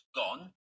gone